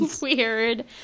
weird